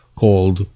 called